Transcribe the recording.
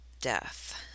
death